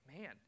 Man